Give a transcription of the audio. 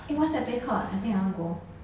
eh what's that place called I think I wanna go